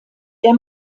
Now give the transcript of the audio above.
der